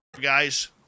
Guys